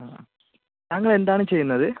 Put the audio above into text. താങ്കളെന്താണ് ചെയ്യുന്നത്